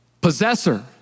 possessor